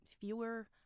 fewer